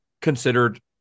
Considered